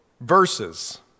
Verses